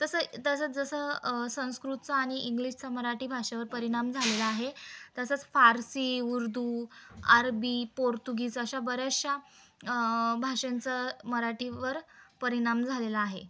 तसं तसंच जसं संस्कृतचा आणि इंग्लिशचा मराठी भाषेवर परिणाम झालेला आहे तसंच फारसी उर्दू अरबी पोर्तुगीज अशा बऱ्याचशा भाषांचं मराठीवर परिणाम झालेला आहे